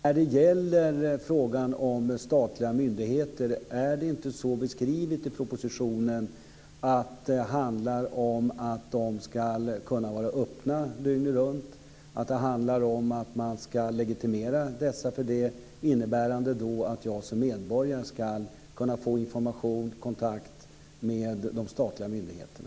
Fru talman! Jag vill ställa en fråga till Sture Arnesson. Är det inte när det gäller statliga myndigheter så beskrivet i propositionen att det handlar om att de ska kunna vara öppna dygnet runt? Handlar det inte om att man ska legitimera dessa, innebärande att jag som medborgare ska kunna få kontakt med och få information från de statliga myndigheterna?